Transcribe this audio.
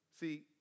See